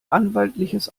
anwaltliches